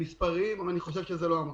מספריים אבל אני חושב שזה לא המקום.